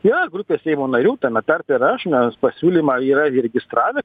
yra grupė seimo narių tame tarpe ir aš mes pasiūlymą yra įregistravę